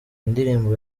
indirimbo